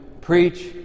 preach